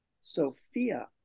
Sophia